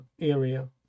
area